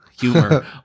humor